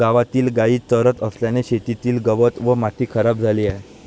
गावातील गायी चरत असल्याने शेतातील गवत व माती खराब झाली आहे